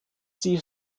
sie